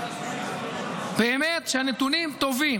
באמת שהנתונים טובים.